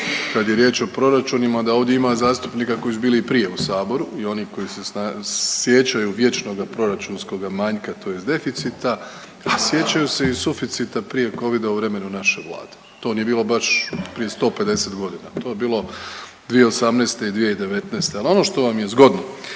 kad je riječ o proračunima da ovdje ima zastupnika koji su bili i prije u saboru i oni koji se sjećaju vječnoga proračunskog manjka tj. deficita, a sjećaju se i suficita prije covida u vremenu naše Vlade, to nije bilo baš prije 150.g., to je bilo 2018. i 2019.. Al ono što vam je zgodno,